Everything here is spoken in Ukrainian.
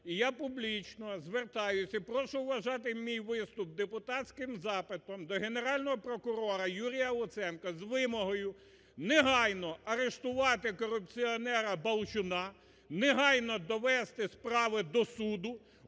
І я публічно звертаюся і прошу вважати мій виступ депутатським запитом до Генерального прокурора Юрія Луценка з вимогою негайно арештувати корупціонера Балчуна, негайно довести справи до суду,